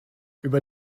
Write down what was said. über